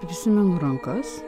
prisimenu rankas